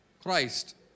Christ